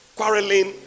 Quarreling